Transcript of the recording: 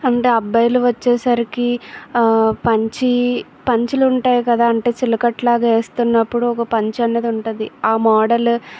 అంటే అబ్బాయిలు వచ్చేసరికి పంచి పంచలు ఉంటాయి కదా అంటే చిలకట్లలాగ వేస్తున్నప్పుడు ఒక పంచ అన్నది ఉంటుంది ఆ మోడల్